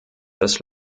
das